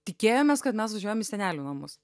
tikėjomės kad mes važiuojam į senelių namus